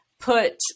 put